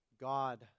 God